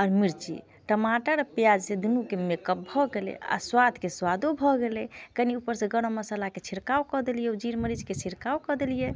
आ मिर्ची टमाटर आ पियाज जे दुनूके मेकप भऽ गेलै आ स्वादके स्वादो भऽ गेलै कनि उपर से गरम मसालाके छिड़काव कऽ देलियै आ जीर मरीचके छिड़काव कऽ देलियै